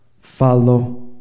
Follow